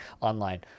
online